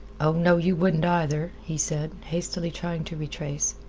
oh, no, you wouldn't either, he said, hastily trying to retrace.